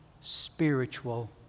spiritual